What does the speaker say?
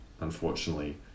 unfortunately